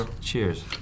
Cheers